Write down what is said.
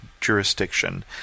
jurisdiction